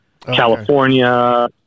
California